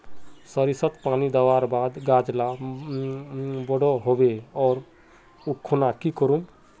सरिसत पानी दवर बात गाज ला बोट है होबे ओ खुना की करूम?